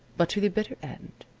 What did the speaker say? but to the bitter end.